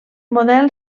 model